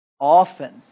Often